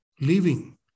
living